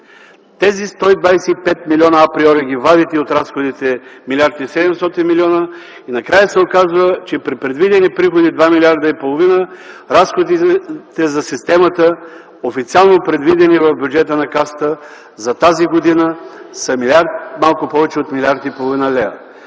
Тези 125 милиона априори ги вадите от разходите 1 млрд. 700 млн. лв. и накрая се оказва, че при предвидени приходи от 2,5 млрд. лв., разходите за системата, официално предвидени в бюджета на Касата за тази година, са малко повече от 1,5 млрд. лв.,